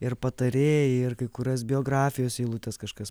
ir patarėjai ir kai kurias biografijos eilutes kažkas